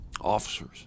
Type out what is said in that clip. officers